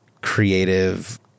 creative